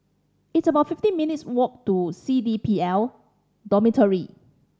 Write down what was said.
it's about fifty minutes' walk to C D P L Dormitory